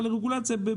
אבל רגולציה לא